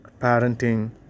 parenting